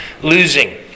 losing